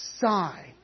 sigh